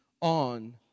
on